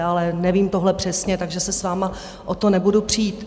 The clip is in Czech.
Ale nevím tohle přesně, takže se s vámi o to nebudu přít.